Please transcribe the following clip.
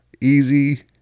easy